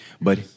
but-